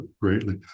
greatly